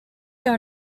are